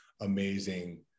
amazing